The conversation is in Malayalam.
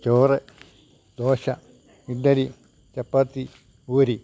ചോറ് ദോശ ഇഡ്ഡലി ചപ്പാത്തി പൂരി